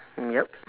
yup